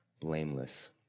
blameless